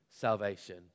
salvation